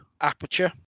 aperture